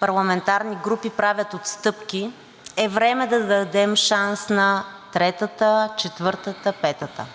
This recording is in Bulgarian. парламентарни групи правят отстъпки, е време да дадем шанс на третата, четвъртата, петата.